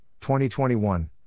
2021